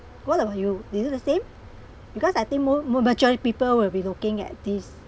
what about you is it the same because I think more more mature people will be looking at this